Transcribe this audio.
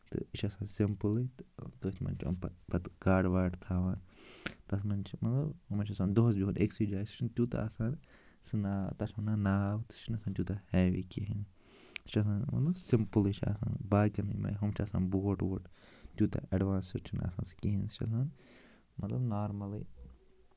تہٕ یہِ چھِ آسان سِمپٕلٕے تہٕ تٔتھۍ منٛز چھِ یِم پَتہٕ پَتہٕ گاڈٕ واڈٕ تھاوان تَتھ منٛز چھِ مطلب یِمَن چھُ آسان دۄہَس بِہُن أکۍسٕے جایہِ سُہ چھُنہٕ تیوٗتاہ آسان سُہ ناو تَتھ چھِ وَنان ناو تہٕ سُہ چھُنہٕ آسان تیوٗتاہ ہیوی کِہیٖنۍ سُہ چھِ آسان مطلب سِمپٕلٕے چھُ آسان باقیَن ہُم چھِ آسان بوٹ ووٹ تیوٗتاہ اٮ۪ڈوانٛسٕڈ چھُنہٕ آسان سُہ کِہیٖنۍ سُہ چھِ آسان مطلب نارمَلٕے